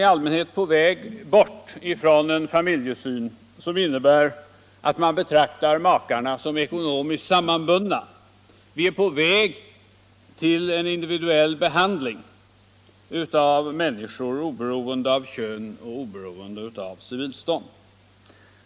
Vi är numera på väg bort från en familjesyn som innebär att man betraktar makarna som ekonomiskt sammanbundna. Vi är på väg mot en individuell behandling av människor oberoende av kön och civilstånd.